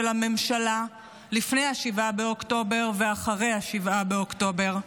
של הממשלה לפני 7 באוקטובר ואחרי 7 באוקטובר,